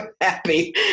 happy